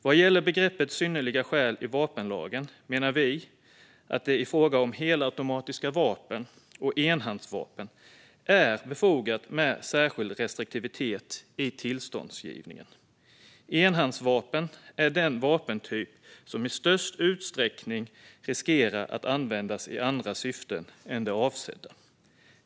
Vad gäller begreppet synnerliga skäl i vapenlagen menar vi att det i fråga om helautomatiska vapen och enhandsvapen är befogat med särskild restriktivitet i tillståndsgivningen. Enhandsvapen är den vapentyp som i störst utsträckning riskerar att användas i andra syften än det avsedda.